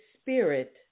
spirit